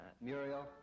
Muriel